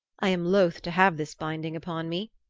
i am loth to have this binding upon me,